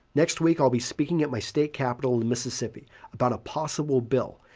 next week, i'll be speaking at my state capitol in mississippi about a possible bill.